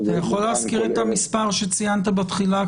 אתה יכול להזכיר את המספר שציינת בתחילה?